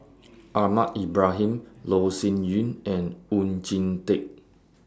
Ahmad Ibrahim Loh Sin Yun and Oon Jin Teik